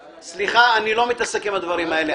סליחה, אני לא מתעסק עם הדברים האהל.